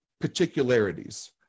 particularities